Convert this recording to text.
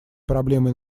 проблемой